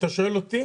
אם אתה שואל אותי,